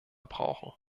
brauchen